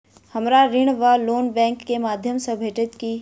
हमरा ऋण वा लोन बैंक केँ माध्यम सँ भेटत की?